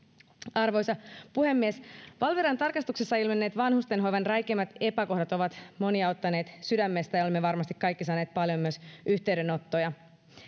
arvoisa puhemies valviran tarkastuksissa ilmenneet vanhustenhoivan räikeimmät epäkohdat ovat monia ottaneet sydämestä ja olemme varmasti kaikki saaneet paljon myös yhteydenottoja